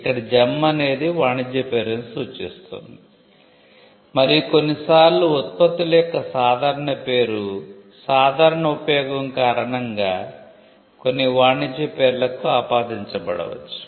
ఇక్కడ జెమ్ అనేది వాణిజ్య పేరును సూచిస్తుంది మరియు కొన్నిసార్లు ఉత్పత్తుల యొక్క సాధారణ పేరు సాధారణ ఉపయోగం కారణంగా కొన్ని వాణిజ్య పేర్లకు ఆపాదించబడవచ్చు